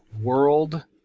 world